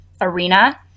arena